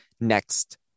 next